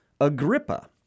Agrippa